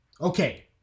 okay